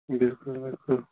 بِلکُل بِلکُل